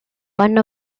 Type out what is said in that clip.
one